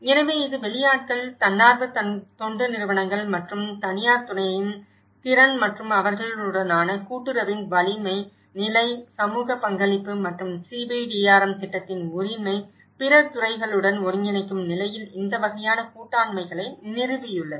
எனவே இது வெளியாட்கள் தன்னார்வ தொண்டு நிறுவனங்கள் மற்றும் தனியார் துறையின் திறன் மற்றும் அவர்களுடனான கூட்டுறவின் வலிமை நிலை சமூக பங்களிப்பு மற்றும் CBDRM திட்டத்தின் உரிமை பிற துறைகளுடன் ஒருங்கிணைக்கும் நிலையில் இந்த வகையான கூட்டாண்மைகளை நிறுவியுள்ளது